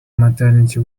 maternity